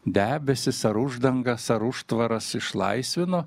debesis ar uždangas ar užtvaras išlaisvino